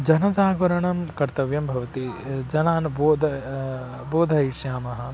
जनजागरणं कर्तव्यं भवति जनान् बोध बोधयिष्यामः